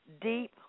deep